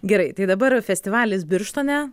gerai tai dabar festivalis birštone